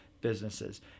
businesses